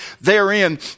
therein